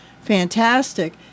fantastic